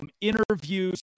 interviews